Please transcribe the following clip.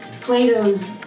Plato's